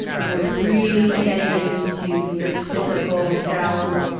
and you're really getting into your physical cells,